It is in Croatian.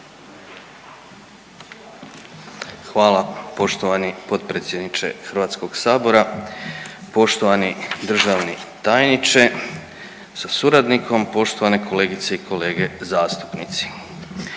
lijepo poštovani potpredsjedniče Hrvatskog sabora, poštovani državni tajniče sa suradnikom, kolegice i kolege. Nakon